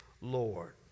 Lord